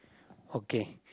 okay